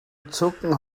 zucken